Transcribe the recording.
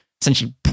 essentially